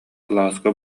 кылааска